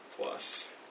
plus